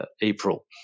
April